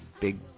big